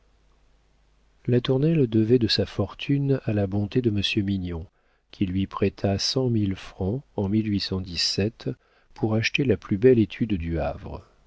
commerciales latournelle devait sa fortune à la bonté de monsieur mignon qui lui prêta cent mille francs en pour acheter la plus belle étude du havre